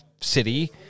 City